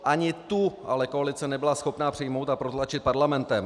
Ani tu ale koalice nebyla schopna přijmout a protlačit parlamentem.